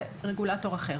זה רגולטור אחר.